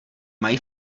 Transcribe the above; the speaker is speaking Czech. mají